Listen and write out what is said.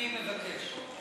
אני מבקש.